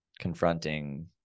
confronting